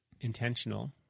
intentional